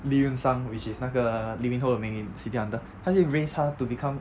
lee yoon sung which is 那个 lee min [ho] 的名 in city hunter 他去 raise 他 to become